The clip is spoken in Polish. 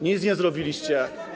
Nic nie zrobiliście.